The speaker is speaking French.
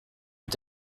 est